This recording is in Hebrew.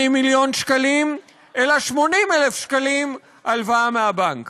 מיליון שקלים אלא 80,000 שקלים הלוואה מהבנק?".